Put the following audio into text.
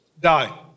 die